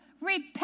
Repent